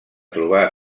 trobar